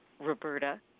roberta